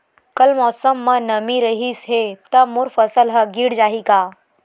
कल मौसम म नमी रहिस हे त मोर फसल ह गिर जाही का?